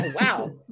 wow